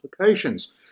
applications